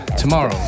tomorrow